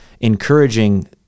encouraging